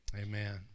Amen